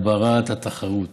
הגברת התחרות.